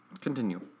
continue